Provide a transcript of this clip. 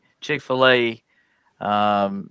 Chick-fil-A